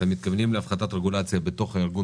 אתם מתכוונים הפחתת רגולציה בתוך הארגון